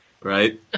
Right